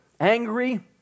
angry